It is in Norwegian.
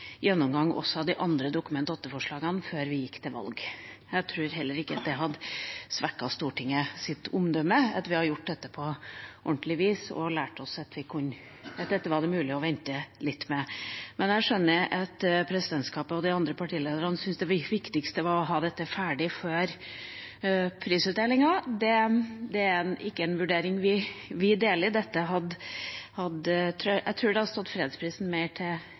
gjennomgang av også de andre Dokument 8-forslagene før vi gikk til valg. Jeg tror heller ikke at det hadde svekket Stortingets omdømme om vi hadde gjort dette på ordentlig vis – og lært at dette var det mulig å vente litt med. Men jeg skjønner at presidentskapet og de andre partilederne syns det viktigste var å ha dette ferdig før prisutdelingen. Det er ikke en vurdering vi deler. Jeg tror fredsprisen ville stått seg på om vi hadde tatt oss tid til å lage et helhetlig regelverk. Nå gikk ikke det,